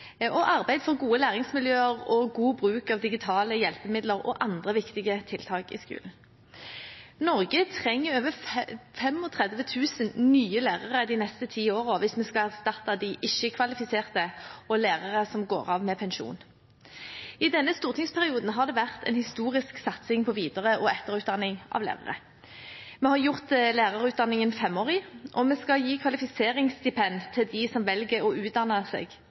og arbeid for gode læringsmiljøer og god bruk av digitale hjelpemidler, og andre viktige tiltak i skolen. Norge trenger over 35 000 nye lærere de neste ti årene hvis vi skal erstatte de ikke-kvalifiserte og lærere som går av med pensjon. I denne stortingsperioden har det vært en historisk satsing på videre- og etterutdanning av lærere. Vi har gjort lærerutdanningen femårig, og vi skal gi kvalifiseringsstipend til dem som velger å utdanne seg